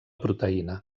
proteïna